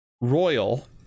Royal